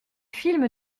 films